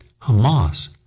Hamas